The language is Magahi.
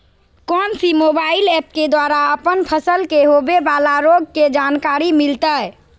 कौन सी मोबाइल ऐप के द्वारा अपन फसल के होबे बाला रोग के जानकारी मिलताय?